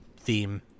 theme